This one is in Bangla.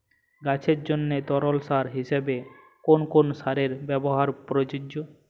গাছের জন্য তরল সার হিসেবে কোন কোন সারের ব্যাবহার প্রযোজ্য?